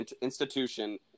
institution